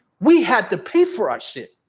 we had to pay for our shit.